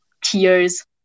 tears